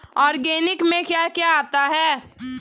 Organic में क्या क्या आता है?